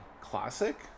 classic